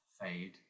fade